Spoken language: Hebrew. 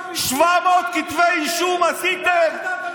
קיבלת שר משני ואז התחלת לדבר.